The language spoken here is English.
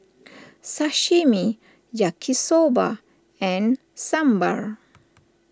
Sashimi Yaki Soba and Sambar